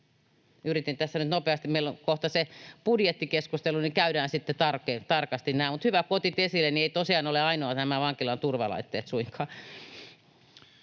Yritin tässä nyt nopeasti käydä nämä läpi. Meillä on kohta se budjettikeskustelu, käydään sitten tarkasti nämä. Mutta hyvä kun otitte esille, eivät tosiaan ole ainoa asia nämä vankilan turvalaitteet suinkaan.